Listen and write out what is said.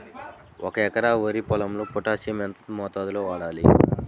ఒక ఎకరా వరి పొలంలో పోటాషియం ఎంత మోతాదులో వాడాలి?